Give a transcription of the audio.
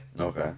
okay